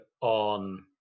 on